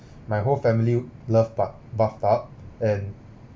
my whole family love bath~ bathtub and